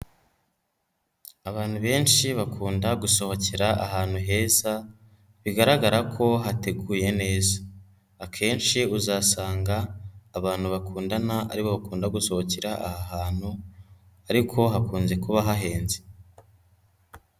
Abantu benshi bakunda gusohokera ahantu heza bigaragara ko hateguye neza, akenshi uzasanga abantu bakundana aribo bakunda gusohokera aha hantu ariko hakunze kuba hahenze.